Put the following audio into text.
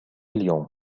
اليوم